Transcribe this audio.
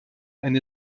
eine